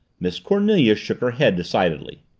miss cornelia shook her head decidedly.